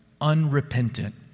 unrepentant